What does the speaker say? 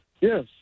yes